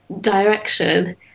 direction